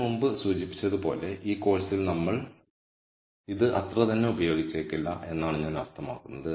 ഞാൻ മുമ്പ് സൂചിപ്പിച്ചതുപോലെ ഈ കോഴ്സിൽ നമ്മൾ ഇത് അത്ര തന്നെ ഉപയോഗിച്ചേക്കില്ല എന്നാണ് ഞാൻ അർത്ഥമാക്കുന്നത്